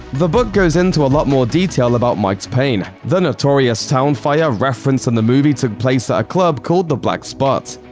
the book goes into a lot more detail about mike's pain. the notorious town fire referenced in the movie took place at a club called the black spot,